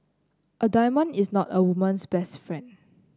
a diamond is not a woman's best friend